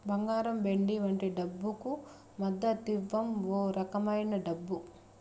బంగారం వెండి వంటి డబ్బుకు మద్దతివ్వం ఓ రకమైన డబ్బు